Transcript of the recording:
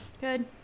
good